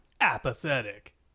apathetic